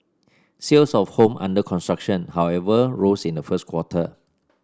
sales of home under construction however rose in the first quarter